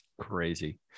Crazy